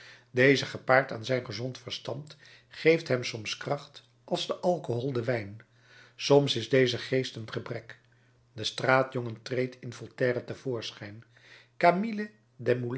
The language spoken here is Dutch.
deze gepaard aan zijn gezond verstand geeft hem soms kracht als de alcohol den wijn soms is deze geest een gebrek de straatjongen treedt in voltaire te voorschijn camille